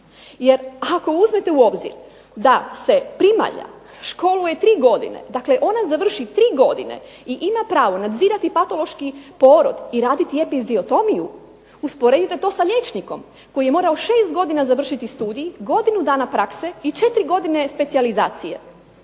jer ako uzmete u obzir da se primalja školuje tri godine, dakle ona završi tri godine i ima pravo nadzirati patološki porod i raditi epiziotomiju, usporedite to sa liječnikom koji je morao šest godina završiti studij, godinu dana prakse i četiri godine specijalizacije.